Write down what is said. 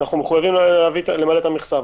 אנחנו מחויבים למלא את המכסה,